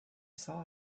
saw